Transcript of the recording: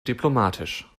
diplomatisch